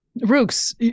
Rooks